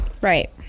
Right